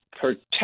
protect